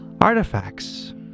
Artifacts